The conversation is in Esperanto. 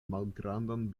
malgrandan